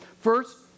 First